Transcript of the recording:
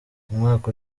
umwaka